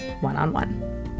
one-on-one